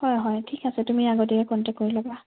হয় হয় ঠিক আছে তুমি আগতীয়াকৈ কনটেক্ট কৰি ল'বা